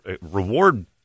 reward